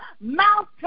mouth